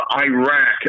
Iraq